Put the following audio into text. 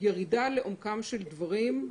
ירידה לעומקם של דברים,